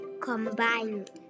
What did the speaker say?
combined